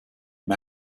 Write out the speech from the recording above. him